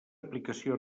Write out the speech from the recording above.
aplicació